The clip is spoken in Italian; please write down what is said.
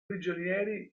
prigionieri